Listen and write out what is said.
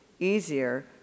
easier